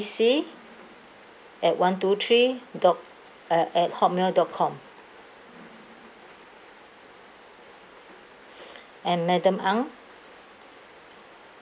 C at one two three dot uh at hotmail dot com I'm madam ang